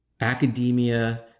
academia